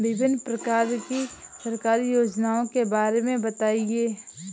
विभिन्न प्रकार की सरकारी योजनाओं के बारे में बताइए?